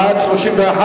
בעד, 31,